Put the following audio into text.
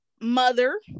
mother